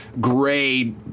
gray